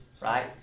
right